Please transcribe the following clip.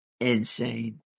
insane